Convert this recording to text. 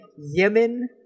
Yemen